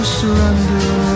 surrender